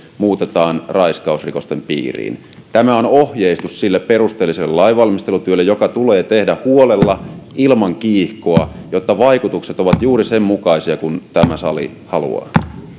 muutetaan raiskausrikosten piiriin tämä on ohjeistus sille perusteelliselle lainvalmistelutyölle joka tulee tehdä huolella ilman kiihkoa jotta vaikutukset ovat juuri senmukaisia kuin tämä sali haluaa